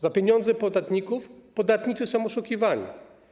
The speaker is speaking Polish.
Za pieniądze podatników podatnicy są oszukiwani.